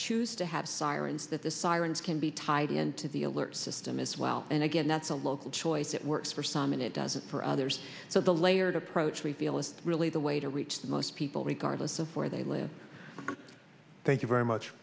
choose to have sirens that the sirens can be tied into the alert system as well and again that's a local choice that works for some and it doesn't for others so the layered approach we feel is really the way to reach the most people regardless before they live thank you very much